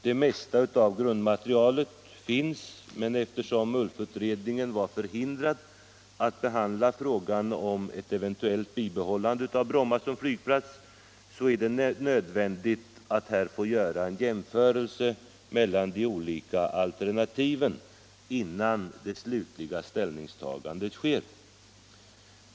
Det mesta av grundmaterialet finns, men eftersom ULF-utredningen var förhindrad att behandla frågan om eventuellt behållande av Bromma som flygplats är det nödvändigt att en jämförelse görs mellan olika alternativ för det slutliga ställningstagandet.